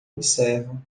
observa